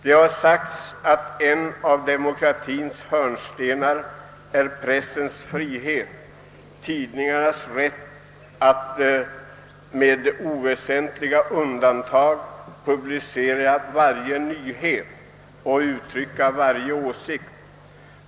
Det har sagts att en av demokratiens hörnstenar är pressens frihet, tidningarnas rätt att med oväsentliga undantag publicera varje nyhet och uttrycka varje åsikt.